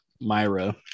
myra